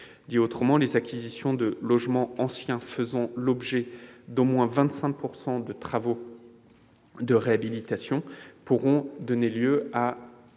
Autrement dit, les acquisitions de logements anciens faisant l'objet d'au moins 25 % de travaux de réhabilitation pourront donner lieu à